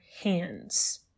hands